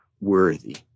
worthy